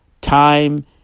time